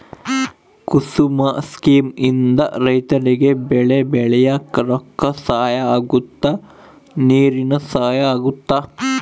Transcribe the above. ಕುಸುಮ scheme ಇಂದ ರೈತರಿಗೆ ಬೆಳೆ ಬೆಳಿಯಾಕ ರೊಕ್ಕ ಸಹಾಯ ಅಗುತ್ತ ನೀರಿನ ಸಹಾಯ ಅಗುತ್ತ